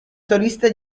solista